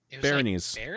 Baronies